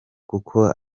kuko